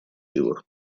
его